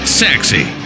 sexy